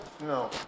No